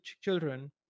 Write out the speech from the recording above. children